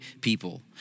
people